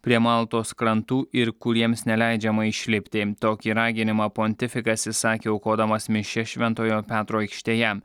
prie maltos krantų ir kuriems neleidžiama išlipti tokį raginimą pontifikas išsakė aukodamas mišias šventojo petro aikštėje